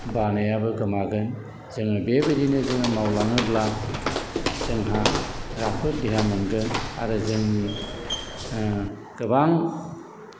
बानायाबो गोमागोन जोङो बेबायदिनो जोङो मावलाङोब्ला जोंहा राफोद देहा मोनगोन आरो जोंनि गोबां